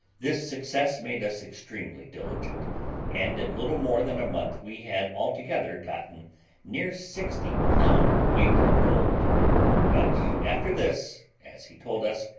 this success made us extremely diligent and in little more than a month we had altogether gotten near sixty pound weight of gold but after this, as he told us,